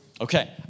Okay